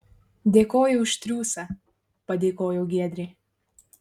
dėkoju už triūsą padėkojo giedrė